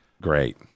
great